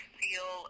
feel